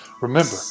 Remember